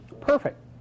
Perfect